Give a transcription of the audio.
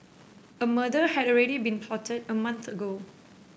a murder had already been plotted a month ago